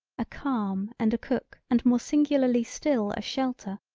a calm and a cook and more singularly still a shelter,